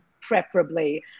preferably